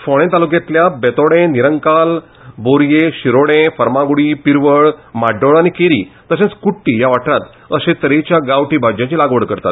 फोर्डे तालुक्यांतल्या बेतोडें निरंकाल बोरये शिरोडें फर्मागुडी प्रियोळ म्हाड्डोळ आनी केरी तशेंच कुट्टी ह्या वाठारांत अशे तरेच्यो गांवठी भाज्यांची लागवड करतात